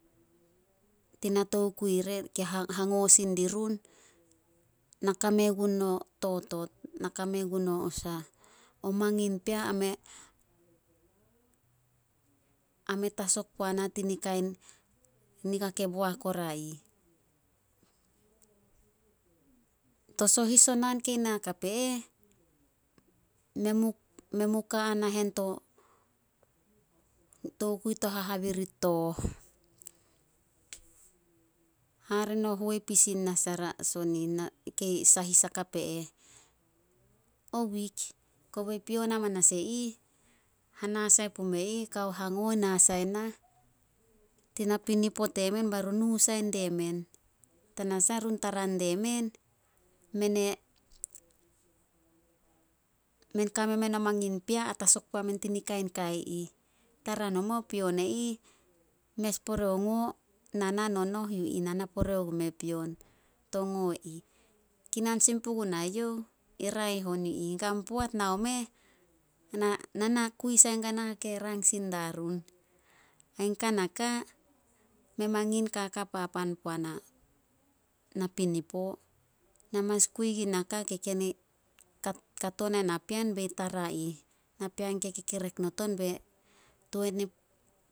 Tina tokui re ke ha- hango sin dirun, na kame gun o totot, o mangin pea, a me- a me tasok puana ti ni kain, nika ke boak oria ih. To sohis o naan kei na hakap e eh, men mu- men mu ka a nahen to tokui to habibirit tooh. Hare no huepis o wik. Kobe pion amanas e ih. Hana sai pume ih, kao hango na sai nah ti napinipo temen bai run nu sai die men. Tanasah run tara die men men kame men mangin pea a tasok puamen tani kai ih. Tara nomo pion e ih, mes pore ngo na nah nonoh, yu ih na na pore gume pion, to ngo ih. Kinan sin pugunai youh, e raeh on yu ih. Kan poat nao meh, na kui sai guai nasash ke rang sin dia run. Aih kanaka mei mangin kaka papan puana na pinipo. Na mas kui gui naka ke ken e kato nai napean be tara ih, napean ke kekerek not on be tuan e